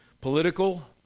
political